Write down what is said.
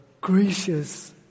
gracious